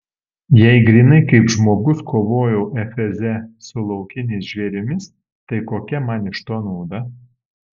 jei grynai kaip žmogus kovojau efeze su laukiniais žvėrimis tai kokia man iš to nauda